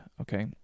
okay